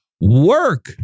Work